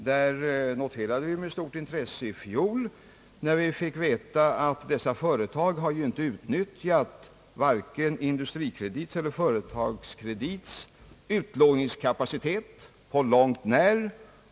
I fjol noterade vi med stort intresse, att dessa företag inte hade utnyttjat vare sig Industrikredits eller Företagskredits utlåningskapacitet på långt när.